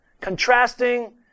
contrasting